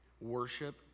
worship